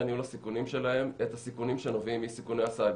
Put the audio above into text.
ניהול הסיכונים שלהם את הסיכונים שנובעים מסיכוני הסייבר.